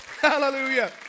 Hallelujah